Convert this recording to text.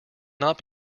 not